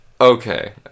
Okay